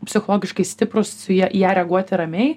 psichologiškai stiprūs su ja į ją reaguoti ramiai